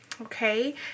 Okay